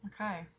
okay